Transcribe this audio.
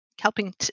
helping